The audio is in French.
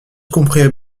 comprirent